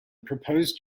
proposed